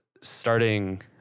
starting